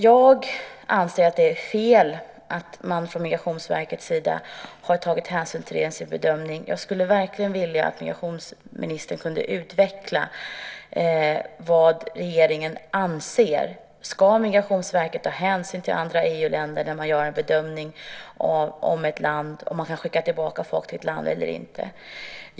Jag anser att det är fel att man från Migrationsverkets sida har tagit hänsyn till det i sin bedömning. Jag skulle verkligen vilja att migrationsministern kunde utveckla vad regeringen anser: Ska Migrationsverket ta hänsyn till andra EU-länder när man gör en bedömning av om man kan skicka tillbaka folk till ett land eller inte?